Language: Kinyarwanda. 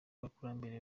abakurambere